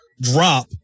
drop